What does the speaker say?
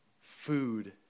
food